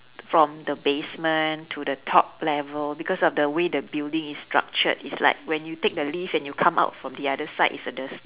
from the basement to the top level because of the way the building is structured it's like when you take the lift and you come out from the other side it's at the